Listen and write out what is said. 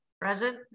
Present